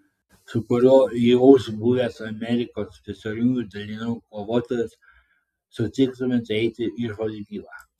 su kuriuo jūs buvęs amerikos specialiųjų dalinių kovotojas sutiktumėte eiti į žvalgybą